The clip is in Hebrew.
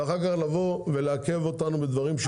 ואחר כך לעכב אותנו בדברים שקשורים ליוקר המחייה.